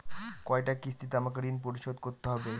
কয়টা কিস্তিতে আমাকে ঋণ পরিশোধ করতে হবে?